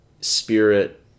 spirit